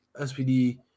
SPD